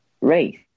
race